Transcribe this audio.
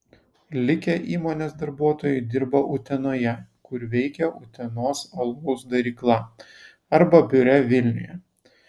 likę įmonės darbuotojai dirba utenoje kur veikia utenos alaus darykla arba biure vilniuje